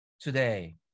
today